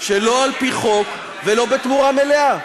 שלא על-פי חוק ולא בתמורה מלאה.